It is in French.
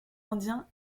indien